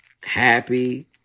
happy